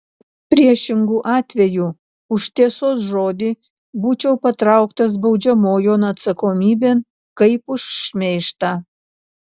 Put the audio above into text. priešingu atveju už tiesos žodį būčiau patrauktas baudžiamojon atsakomybėn kaip už šmeižtą